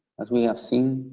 as we have seen,